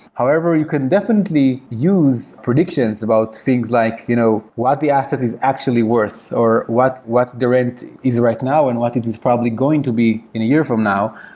however, you can definitely use predictions about things like you know what the asset is actually worth, or what what the rent is right now and what it is probably going to be in a year from now.